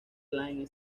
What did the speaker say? line